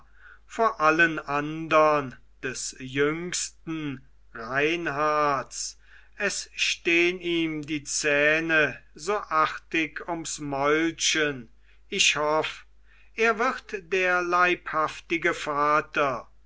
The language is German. vor allen andern des jüngsten reinharts es stehn ihm die zähne so artig ums mäulchen ich hoff er wird der leibhaftige vater